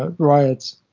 ah riots.